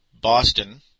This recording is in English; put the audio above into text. Boston